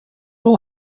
will